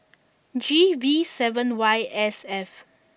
G V seven Y S F